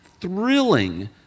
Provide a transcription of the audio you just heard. thrilling